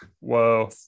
Whoa